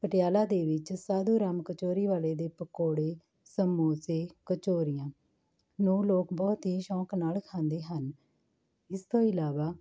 ਪਟਿਆਲਾ ਦੇ ਵਿੱਚ ਸਾਧੂ ਰਾਮ ਕਚੋਰੀ ਵਾਲੇ ਦੇ ਪਕੌੜੇ ਸਮੋਸੇ ਕਚੋਰੀਆਂ ਨੂੰ ਲੋਕ ਬਹੁਤ ਹੀ ਸ਼ੌਂਕ ਨਾਲ ਖਾਂਦੇ ਹਨ ਇਸ ਤੋਂ ਇਲਾਵਾ